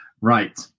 Right